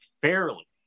fairly